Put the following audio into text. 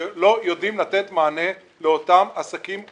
ולא יודעים לתת מענה לאותם עסקים קטנים.